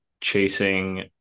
chasing